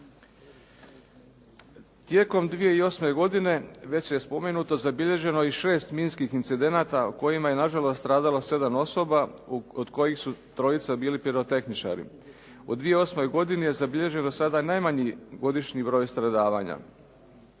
Tijekom 2008. godine već je spomenuto zabilježeno je i šest minskih incidenata u kojima je nažalost stradalo sedam osoba od kojih su trojica bili pirotehničari. U 2008. godini je zabilježen do sada najmanji godišnji broj stradavanja.